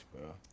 bro